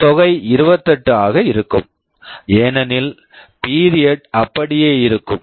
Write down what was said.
இந்த தொகை 28 ஆக இருக்கும் ஏனெனில் பீரியட் period அப்படியே இருக்கும்